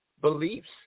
beliefs